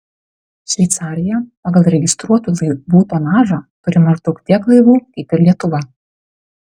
šveicarija pagal registruotų laivų tonažą turi maždaug tiek laivų kaip ir lietuva